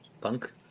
punk